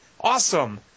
Awesome